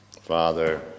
Father